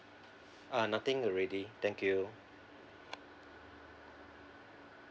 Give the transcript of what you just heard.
uh nothing already thank you